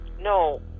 No